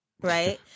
Right